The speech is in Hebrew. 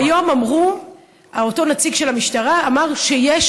היום אותו נציג של המשטרה אמר שיש